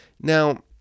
Now